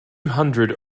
hundred